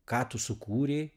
ką tu sukūrei